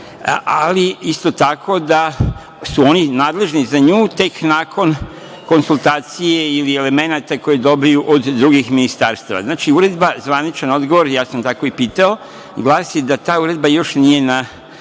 ali isto tako da su oni nadležni za nju tek nakon konsultacije ili elemenata koje dobiju od drugih ministarstava. Znači, uredba, zvaničan odgovor, ja sam tako i pitao, glasi da ta uredba još nije u